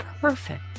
perfect